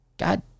God